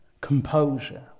composure